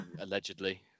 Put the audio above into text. allegedly